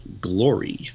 Glory